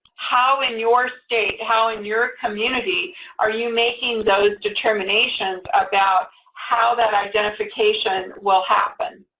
how in your state, how in your community are you making those determinations about how that identification will happen?